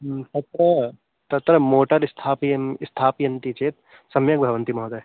तत्र तत्र मोटर् स्थापयन्ति स्थापयन्ति चेत् सम्यग् भवति महोदयः